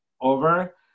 over